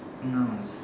nouns